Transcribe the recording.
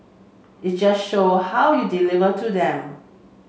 it's just how you deliver to them